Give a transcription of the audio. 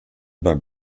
beim